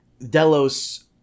Delos